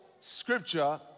Scripture